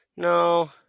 No